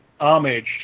homage